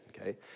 okay